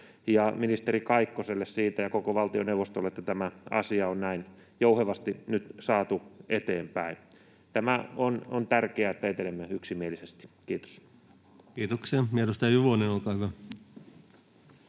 ja ministeri Kaikkoselle ja koko valtioneuvostolle siitä, että tämä asia on näin jouhevasti nyt saatu eteenpäin. Tämä on tärkeää, että etenemme yksimielisesti. — Kiitos. Kiitoksia. — Ja edustaja Juvonen, olkaa hyvä.